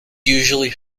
usually